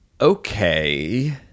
okay